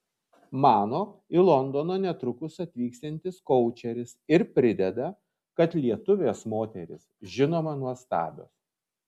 mano į londoną netrukus atvyksiantis koučeris ir prideda kad lietuvės moterys žinoma nuostabios